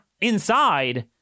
inside